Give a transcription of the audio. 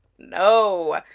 No